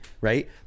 right